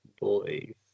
Boys